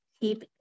keep